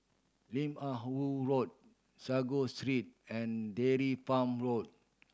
Lim Ah Woo Road Sago Street and Dairy Farm Road